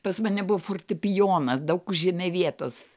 pas mane buvo fortepijonas daug užėmė vietos